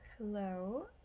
Hello